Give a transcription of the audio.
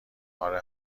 اره